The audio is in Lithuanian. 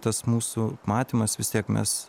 tas mūsų matymas vis tiek mes